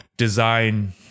design